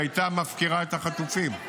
שהייתה מפקירה את החטופים.